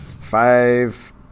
Five